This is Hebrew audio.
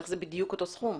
איך זה בדיוק אותו סכום?